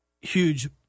huge